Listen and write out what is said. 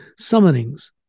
Summonings